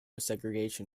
segregation